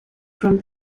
from